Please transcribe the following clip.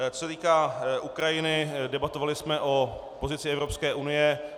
Co se týká Ukrajiny, debatovali jsme o pozici Evropské unie.